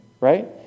right